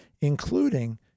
including